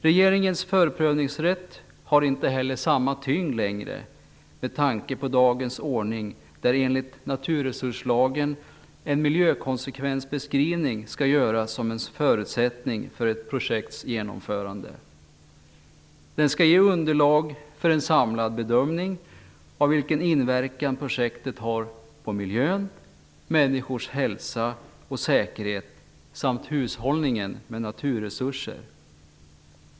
Regeringens förprövningsrätt har inte heller samma tyngd längre med tanke på dagens ordning, där enligt naturresurslagen en miljökonsekvensbeskrivning skall göras som en förutsättning för ett projekts genomförande. Den skall ge underlag för en samlad bedömning av vilken inverkan projektet har på miljön, människors hälsa och säkerhet samt hushållningen med naturresurser.